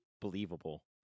believable